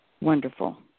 Wonderful